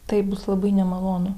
taip bus labai nemalonu